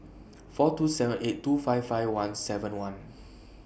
four two seven eight two five five one seven one